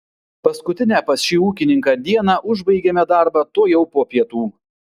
paskutinę pas šį ūkininką dieną užbaigėme darbą tuojau po pietų